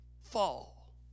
fall